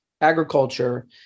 agriculture